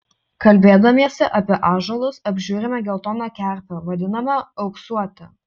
kalbėdamiesi apie ąžuolus apžiūrime geltoną kerpę vadinamą auksuote